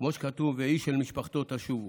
כמו שכתוב: "ואיש אל משפחתו תשבו".